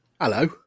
Hello